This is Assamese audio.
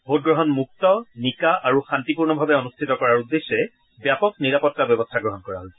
ভোটগ্ৰহণ মুক্ত নিকা আৰু শান্তিপূৰ্ণভাৱে অনুষ্ঠিত কৰাৰ উদ্দেশ্যে ব্যাপক নিৰাপত্তা ব্যৱস্থা গ্ৰহণ কৰা হৈছে